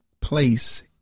place